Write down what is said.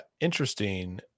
interesting